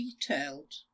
detailed